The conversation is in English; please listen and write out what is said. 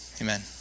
Amen